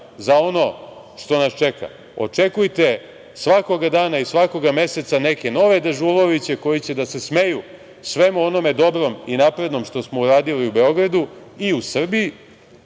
za ono što nas čeka. Očekujte svakoga dana i svakoga meseca neke nove Dežuloviće koji će da se smeju svemu onome dobrom i naprednom što smo uradili u Beogradu i u Srbiji,